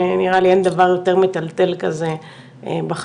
שנראה לי אין דבר יותר מטלטל כזה בחיים,